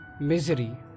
Misery